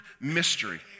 mystery